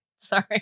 Sorry